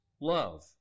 love